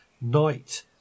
night